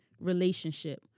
relationship